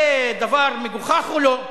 זה דבר מגוחך או לא?